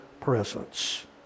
presence